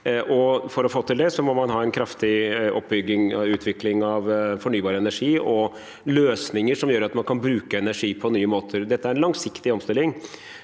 For å få til det må man ha en kraftig oppbygging og utvikling av fornybar energi og løsninger som gjør at man kan bruke energi på nye måter. Dette er en langsiktig omstilling.